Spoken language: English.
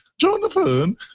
jonathan